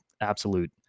absolute